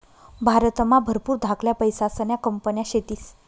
भारतमा भरपूर धाकल्या पैसासन्या कंपन्या शेतीस